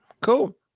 Cool